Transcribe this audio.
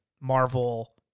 Marvel